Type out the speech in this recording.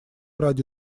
ради